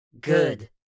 good